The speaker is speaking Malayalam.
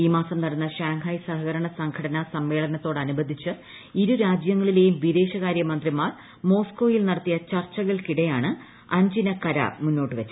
ഈ മുൻൻ ്നടന്ന ഷാങ്ഹായ് സഹകരണ സംഘടനാ സമ്മേളനത്ത്രോട്ടെനുബന്ധിച്ച് ഇരുരാജ്യങ്ങളിലേയും വിദേശകാർ ്യൂമന്ത്രിമാർ മോസ്കോയിൽ നടത്തിയ ചർച്ചകൾക്കിടെയാണ് അ്ഞ്ചിന കരാർ മുന്നോട്ട് വച്ചത്